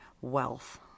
wealth